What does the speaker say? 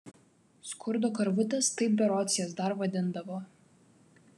skurdo karvutės taip berods jas dar vadindavo